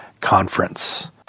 conference